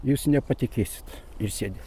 jūs nepatikėsit ir sėdi